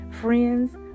Friends